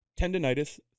Tendinitis